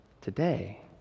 today